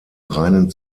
reinen